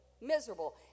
miserable